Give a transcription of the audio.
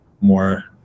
more